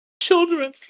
Children